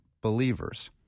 believers